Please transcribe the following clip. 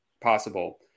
possible